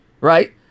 right